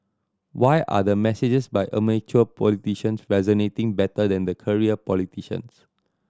why are the messages by amateur politicians resonating better than the career politicians